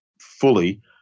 fully